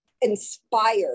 inspired